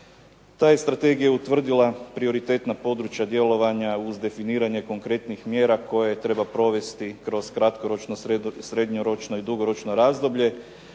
Ta je strategija utvrdila prioritetna područja djelovanja uz definiranje konkretnih mjera koje treba provesti kroz kratkoročno, srednjoročno i dugoročno razdoblje,